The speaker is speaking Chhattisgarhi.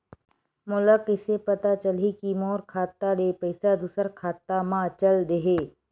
मोला कइसे पता चलही कि मोर खाता ले पईसा दूसरा खाता मा चल देहे?